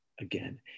again